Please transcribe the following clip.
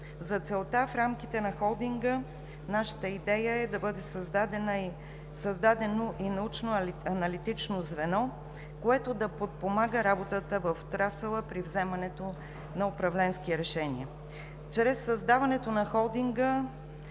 За целта в рамките на холдинга нашата идея е да бъде създадено и научно-аналитично звено, което да подпомага работата в отрасъла при вземането на управленски решения. Чрез създаването на холдинга